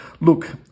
look